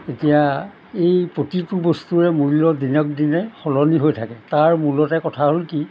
এতিয়া এই প্ৰতিটো বস্তুৰে মূল্য দিনক দিনে সলনি হৈ থাকে তাৰ মূলতে কথা হ'ল কি